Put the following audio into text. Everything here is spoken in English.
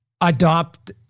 adopt